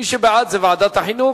מי שבעד, זה ועדת החינוך.